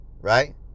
right